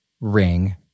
Ring